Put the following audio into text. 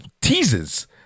teases